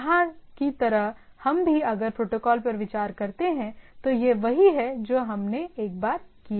यहाँ की तरह हम भी अगर प्रोटोकॉल पर विचार करते हैं तो यह वही है जो हमने एक बार किया था